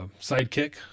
sidekick